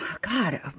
God